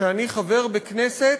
שאני חבר בכנסת